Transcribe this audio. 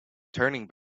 turning